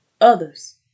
others